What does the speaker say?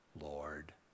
Lord